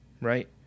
right